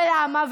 ולמה?